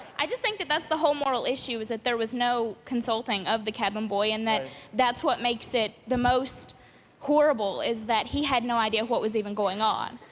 i just think that that's the whole moral issue is that there was no consulting of the cabin boy and that that's what makes it the most horrible is that he had no idea what was even going on,